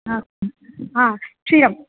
ह ह क्षीरं